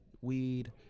weed